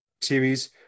Series